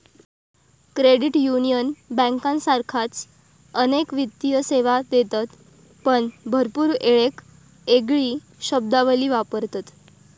credit union बँकांसारखाच अनेक वित्तीय सेवा देतत पण भरपूर येळेक येगळी शब्दावली वापरतत